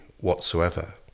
whatsoever